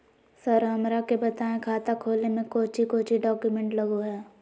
Sir हमरा के बताएं खाता खोले में कोच्चि कोच्चि डॉक्यूमेंट लगो है?